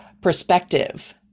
perspective